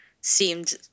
seemed